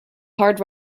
hard